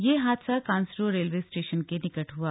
यह हादसा कांसरों रेलवे स्टेशन के निकट हुआ